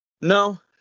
No